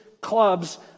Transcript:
clubs